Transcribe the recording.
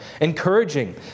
encouraging